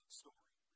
story